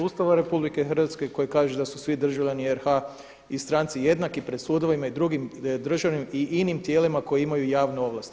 Ustava Republike Hrvatske koji kaže da su svi državljani RH i stranci jednaki pred sudovima i drugim državnim i inim tijelima koje imaju javne ovlasti.